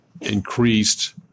increased